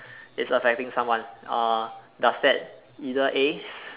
is affecting someone uh does that either A